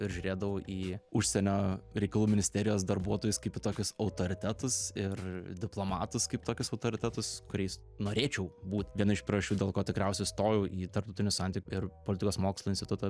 ir žiūrėdavau į užsienio reikalų ministerijos darbuotojus kaip į tokius autoritetus ir diplomatus kaip tokius autoritetus kuriais norėčiau būt viena iš priežasčių dėl ko tikriausiai stojau į tarptautinių santykių ir politikos mokslų institutą